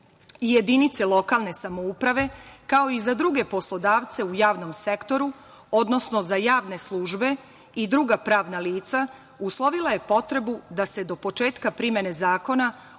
jedinice lokalne samouprave, kao i za druge poslodavce u javnom sektoru, odnosno za javne službe i druga pravna lica uslovila je potrebu da se do početka primene zakona ostavi